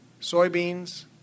soybeans